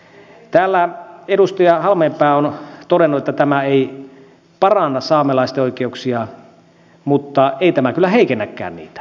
täällä edustaja halmeenpää on todennut että tämä ei paranna saamelaisten oikeuksia mutta ei tämä kyllä heikennäkään niitä